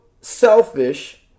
selfish